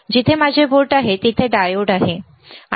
जिथे माझे बोट आहे तिथे डायोड आहे